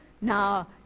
now